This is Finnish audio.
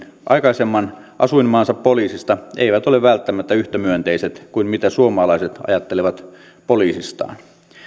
aikaisemman asuinmaansa poliisista eivät ole välttämättä yhtä myönteiset kuin mitä suomalaiset ajattelevat poliisistaan